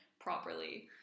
properly